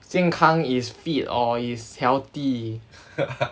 健康 is fit or is healthy